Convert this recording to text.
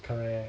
correct